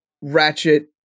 Ratchet